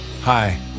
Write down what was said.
Hi